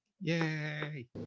Yay